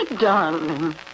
darling